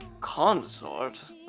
Consort